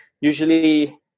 usually